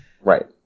right